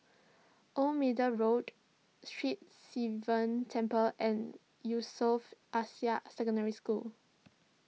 Old Middle Road Sri Sivan Temple and Yusof Ishak Secondary School